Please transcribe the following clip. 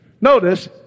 Notice